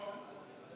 נכון.